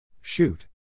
Shoot